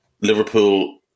Liverpool